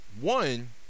one